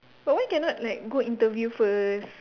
but why cannot like go interview first